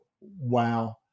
wow